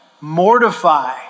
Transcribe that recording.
Mortify